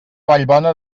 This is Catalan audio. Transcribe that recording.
vallbona